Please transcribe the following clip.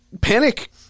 Panic